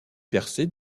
percées